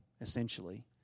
essentially